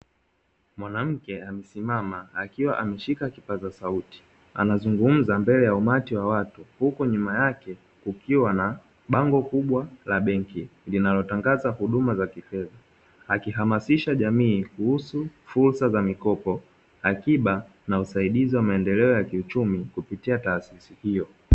Mwanamke amesimama akiwa ameshika kipaza sauti, anazungumza mbele ya umati wa watu, huku nyuma yake kukiwa na bango kubwa la benki linalotangaza huduma za kifedha. Akihamasisha jamii kuhusu fursa za mikopo, akiba na usaidizi wa maendeleo ya kiuchumi kupitia taasisi hiyo.